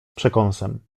przekąsem